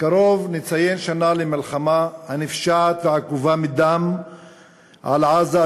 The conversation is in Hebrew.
נציין שנה למלחמה הנפשעת והעקובה מדם על עזה,